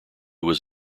was